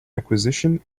acquisition